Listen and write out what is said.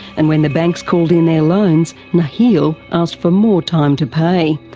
and when the banks called in their loans, nakheel asked for more time to pay.